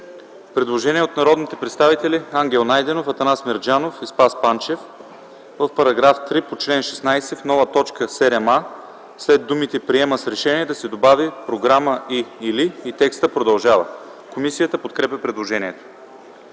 Предложение от народните представители Ангел Найденов, Атанас Мерджанов и Спас Панчев: „В § 3, по чл. 16, в нова т. 7а, след думите „приема с решение” да се добави „програма и/или” и текстът продължава.” Комисията подкрепя предложението.